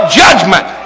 judgment